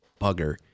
bugger